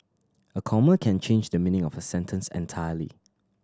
a comma can change the meaning of a sentence entirely